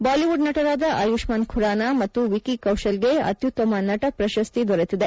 Bollywood ನಟರಾದ ಆಯುಷ್ಮಾನ್ ಖುರಾನಾ ಮತ್ತು ವಿಕಿ ಕೌಶಲ್ಗೆ ಅತ್ಯುತ್ತಮ ನಟ ಪ್ರಶಸಿ ದೊರೆತಿದೆ